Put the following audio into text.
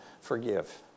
forgive